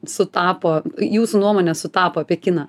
sutapo jūsų nuomonė sutapo apie kiną